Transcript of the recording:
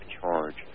charge